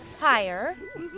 higher